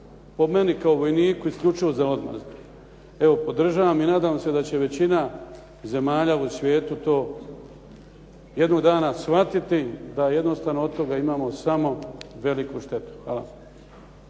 po meni kao vojniku isključivo za odmazdu. Evo podržavam i nadam se da će većina zemalja u svijetu to jednog dana shvatiti da jednostavno od toga imamo samo veliku štetu. Hvala.